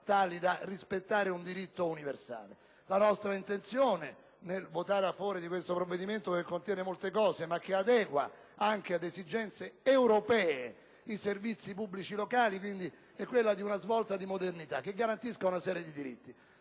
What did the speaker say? La nostra intenzione nel votare a favore di questo provvedimento (che contiene molti elementi, ma che adegua anche ad esigenze europee i servizi pubblici locali) è quella di una svolta di modernità che garantisce una serie di diritti.